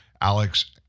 Alex